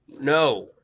no